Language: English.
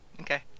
Okay